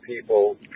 people